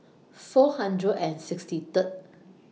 four hundred and sixty Third